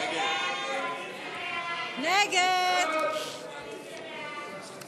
סעיף תקציבי 18,